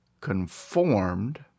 conformed